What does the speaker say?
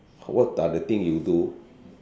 what are the thing you do